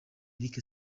eric